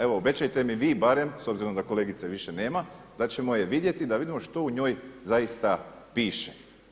Evo obećajte mi vi barem s obzirom da kolegice više nema da ćemo je vidjeti, da vidimo što u njoj zaista piše.